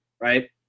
right